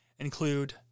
include